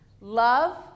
love